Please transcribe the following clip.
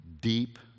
deep